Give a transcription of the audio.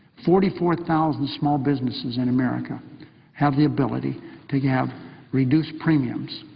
forty four thousand small businesses in america have the ability to have reduced premiums.